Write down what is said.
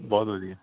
ਬਹੁਤ ਵਧੀਆ